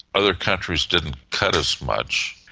other countries didn't cut as much.